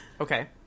Okay